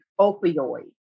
opioid